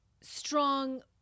strong